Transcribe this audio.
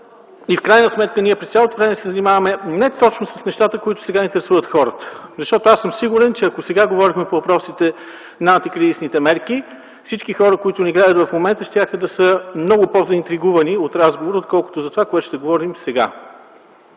В крайна сметка ние през цялото време се занимаваме не точно с нещата, които сега интересуват хората. Аз съм сигурен, че ако сега говорехме по въпросите на антикризисните мерки, всички хора, които ни гледат в момента, щяха да са много по-заинтригувани от разговора, отколкото за това, което ще говорим сега.